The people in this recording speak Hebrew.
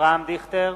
אברהם דיכטר,